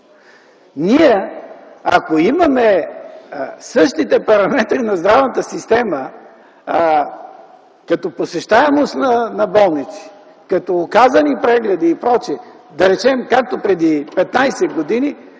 ние имаме същите параметри на здравната система като посещаемост на болници, като оказани прегледи и пр., както преди 15 години,